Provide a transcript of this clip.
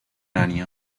año